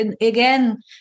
again